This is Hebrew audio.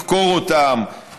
לחקור אותם,